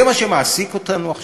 זה מה שמעסיק אותנו עכשיו?